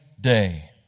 day